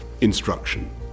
instruction